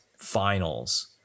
finals